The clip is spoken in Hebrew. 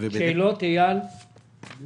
זה בדרך כלל קיים לשכירים.